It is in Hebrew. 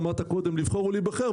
אמרת קודם לבחור או להיבחר,